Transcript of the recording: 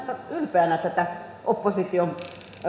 ylpeänä tätä opposition